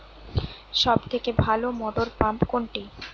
সবথেকে ভালো মটরপাম্প কোনটি?